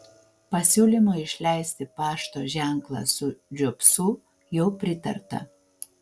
pasiūlymui išleisti pašto ženklą su džobsu jau pritarta